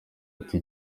ati